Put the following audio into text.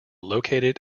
located